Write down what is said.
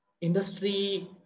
industry